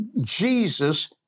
Jesus